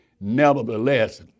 nevertheless